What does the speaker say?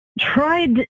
tried